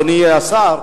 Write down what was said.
אדוני השר,